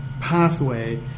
pathway